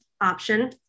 option